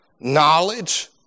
knowledge